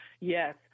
Yes